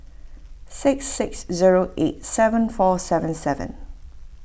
six six zero eight seven four seven seven